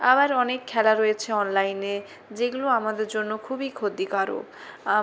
আবার অনেক খেলা রয়েছে অনলাইনে যেগুলো আমাদের জন্য খুবই ক্ষতিকারক